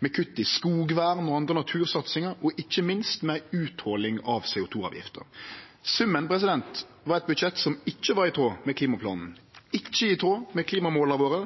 med kutt i skogvern og andre natursatsingar og ikkje minst med ei utholing av CO 2 -avgifta. Summen var eit budsjett som ikkje er i tråd med klimaplanen, ikkje i tråd med klimamåla våre,